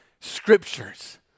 Scriptures